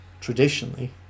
traditionally